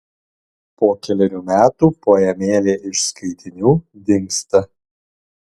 po kelerių metų poemėlė iš skaitinių dingsta